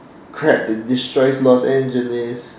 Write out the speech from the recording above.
crab to destroy Los Angeles